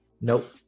nope